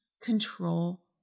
control